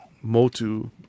Motu